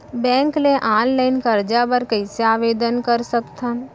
Bank ले online करजा बर कइसे आवेदन कर सकथन?